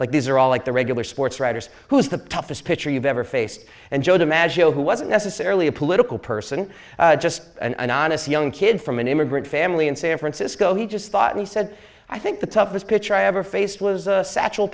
like these are all like the regular it's writers who's the toughest pitcher you've ever faced and joe dimaggio who wasn't necessarily a political person just an anonymous young kid from an immigrant family in san francisco he just thought he said i think the toughest pitch i ever faced was